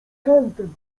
kantem